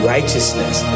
Righteousness